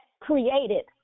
created